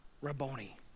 Rabboni